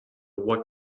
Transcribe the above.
roi